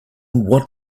what